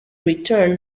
return